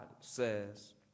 says